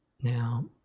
Now